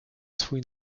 swój